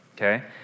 okay